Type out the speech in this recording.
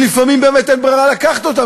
כשלפעמים באמת אין ברירה אלא לקחת אותה,